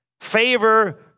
Favor